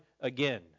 again